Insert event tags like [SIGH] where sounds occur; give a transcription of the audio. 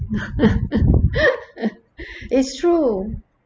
[LAUGHS] it's true